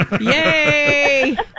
Yay